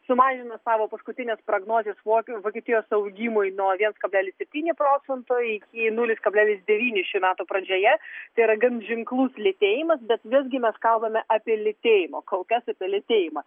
sumažino savo paskutines pragnozes vok vokietijos augimui nuo viens kablelis septyni procento iki nulis kablelis devyni šių metų pradžioje tai yra gan ženklus lėtėjimas bet visgi mes kalbame apie lėtėjimą kol kas apie lėtėjimą